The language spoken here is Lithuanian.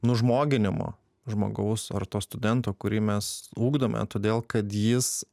nužmoginimo žmogaus ar to studento kurį mes ugdome todėl kad jis